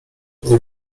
nie